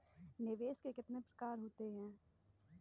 निवेश के कितने प्रकार होते हैं?